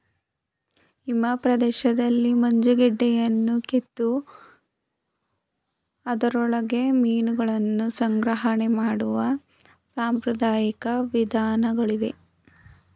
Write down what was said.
ಹಿಮ ಪ್ರದೇಶಗಳಲ್ಲಿ ಮಂಜುಗಡ್ಡೆಯನ್ನು ಕೆತ್ತಿ ಅದರೊಳಗೆ ಮೀನುಗಳನ್ನು ಸಂಗ್ರಹಣೆ ಮಾಡುವ ಸಾಂಪ್ರದಾಯಿಕ ವಿಧಾನಗಳಿವೆ